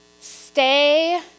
stay